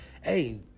hey